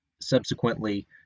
subsequently